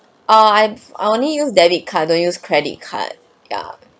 err I only use debit card don't use credit card ya